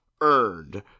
earned